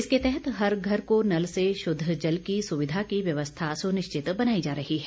इसके तहत हर घर को नल से शुद्ध जल की सुविधा की व्यवस्था सुनिश्चित बनाई जा रही है